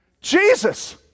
Jesus